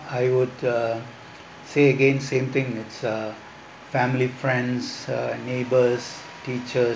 I would uh say again same thing it's a family friends uh and neighbors teachers